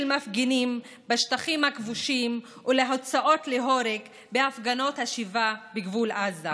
מפגינים בשטחים הכבושים ולהוצאות להורג בהפגנות השיבה בגבול עזה.